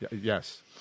Yes